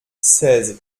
seize